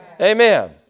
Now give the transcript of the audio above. Amen